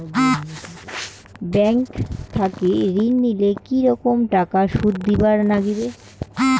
Bank থাকি ঋণ নিলে কি রকম টাকা সুদ দিবার নাগিবে?